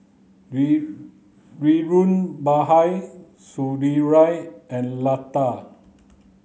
dhirubhai Sunderlal and Lata